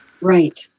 right